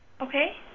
Okay